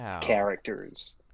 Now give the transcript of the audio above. characters